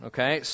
Okay